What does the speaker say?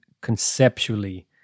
conceptually